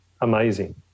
amazing